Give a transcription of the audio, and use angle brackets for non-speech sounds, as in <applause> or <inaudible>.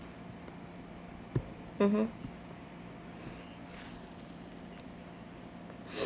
<noise> mmhmm